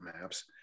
maps